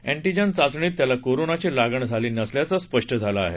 antigen चाचणीत त्याला कोरोनाची लागण झाली नसल्याचं स्पष्ट झालं आहे